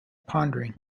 pondering